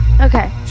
Okay